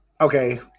okay